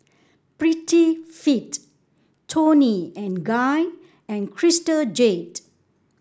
Prettyfit Toni and Guy and Crystal Jade